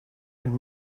and